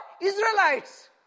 Israelites